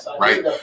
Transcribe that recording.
right